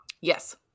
Yes